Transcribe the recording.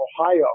Ohio